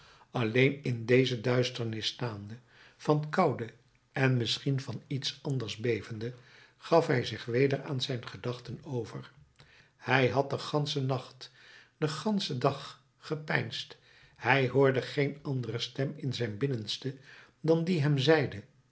alleen in deze duisternis staande van koude en misschien van iets anders bevende gaf hij zich weder aan zijn gedachten over hij had den ganschen nacht den ganschen dag gepeinsd hij hoorde geen andere stem in zijn binnenste dan die hem zeide